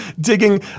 digging